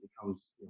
becomes